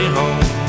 home